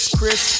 Chris